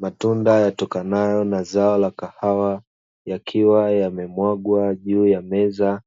Matunda yatokanayo na zao la kahawa yakiwa yamemwagwa juu ya meza